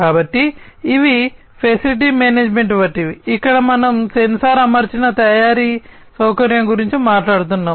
కాబట్టి ఇవి facility management వంటివి ఇక్కడ మనం సెన్సార్ అమర్చిన తయారీ సౌకర్యం గురించి మాట్లాడుతున్నాము